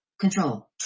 control